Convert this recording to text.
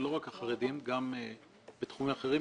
ולא רק החרדים אלא גם בתחומים אחרים,